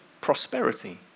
prosperity